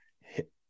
Hit